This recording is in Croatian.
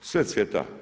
Sve cvjeta.